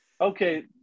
Okay